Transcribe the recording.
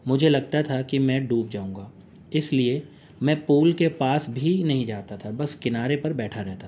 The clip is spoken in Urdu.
مجھے لگتا تھا کہ میں ڈوب جاؤں گا اس لیے میں پول کے پاس بھی نہیں جاتا تھا بس کنارے پر بیٹھا رہتا تھا